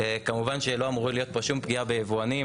כמובן שלא אמורה להיות פה שום פגיעה ביבואנים.